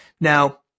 Now